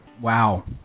Wow